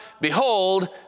Behold